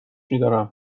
میدارم